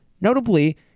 Notably